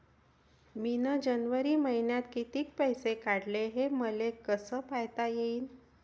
मिन जनवरी मईन्यात कितीक पैसे काढले, हे मले कस पायता येईन?